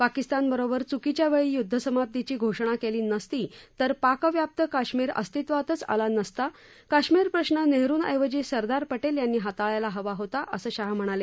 पाकिस्तानबरोबर च्कीच्या वेळी य्द्धसमाप्तीची घोषणा केली नसती तर पाकव्याप्त कश्मीर अस्तित्वातचं आला नसता कश्मीर प्रश्न नेहरुंऐवजी सरदार पटेल यांनी हाताळायला हवा होता असं शाह म्हणाले